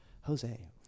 Jose